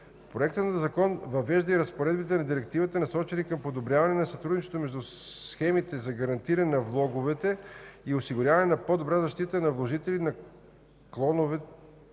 Проектът на закон въвежда и разпоредбите на Директивата, насочени към подобряване на сътрудничеството между схемите за гарантиране на влоговете и осигуряване на по-добра защита на вложители в клонове